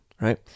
right